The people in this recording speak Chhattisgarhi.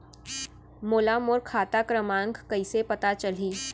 मोला मोर खाता क्रमाँक कइसे पता चलही?